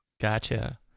Gotcha